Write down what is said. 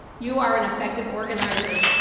you are an effective organizer.